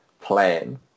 plan